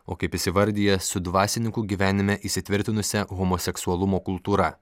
o kaip įsivardija su dvasininkų gyvenime įsitvirtinusia homoseksualumo kultūra